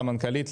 למנכ"לית,